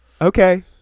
Okay